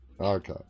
Okay